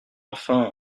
enfin